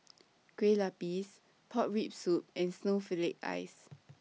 Kue Lupis Pork Rib Soup and Snowflake Ice